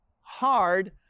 hard